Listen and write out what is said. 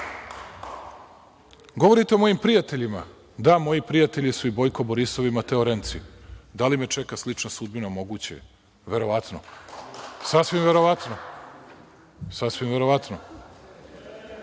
koga. Govorite o mojim prijateljima, da moji prijatelji su i Bojko Borisov i Mateo Renci. Da li me čeka slična sudbina, moguće je, verovatno. Sasvim verovatno. Veoma je važno